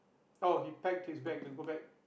oh he packed his bag to go back